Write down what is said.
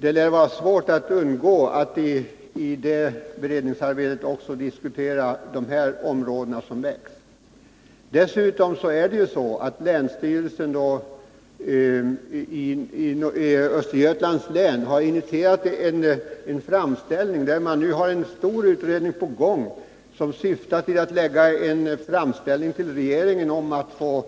Det lär vara svårt att undgå i det beredningsarbetet att också diskutera de områden som detta ärende gäller. Vidare har länsstyrelsen i Östergötlands län tagit initiativ i sammanhanget, och man har nu en stor utredning på gång. Syftet är att det skall göras en framställning till regeringen om möjligheterna